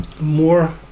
more